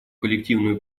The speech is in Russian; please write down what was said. коллективную